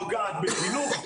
נוגעת בחינוך,